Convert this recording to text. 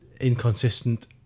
inconsistent